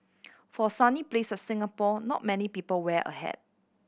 for a sunny place Singapore not many people wear a hat